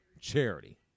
charity